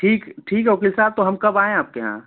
ठीक ठीक है वकील साहब तो हम कब आएँ आपके यहाँ